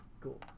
Cool